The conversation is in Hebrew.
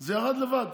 זה ירד לבד.